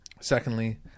Secondly